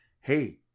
hey